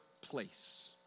place